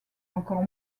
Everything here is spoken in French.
encore